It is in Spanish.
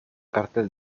cartel